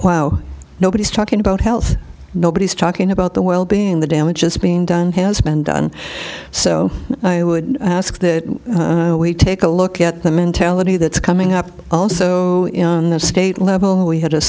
county nobody's talking about health nobody's talking about the well being the damage is being done has been done so i would ask that we take a look at the mentality that's coming up also on the state level we h